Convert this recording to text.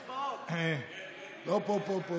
אופ-אופ,